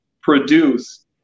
produce